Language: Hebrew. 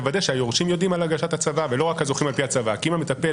נכון, הם יודעים שהאדם נפטר.